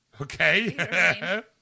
Okay